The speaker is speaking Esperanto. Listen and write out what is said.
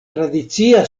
tradicia